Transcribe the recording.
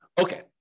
Okay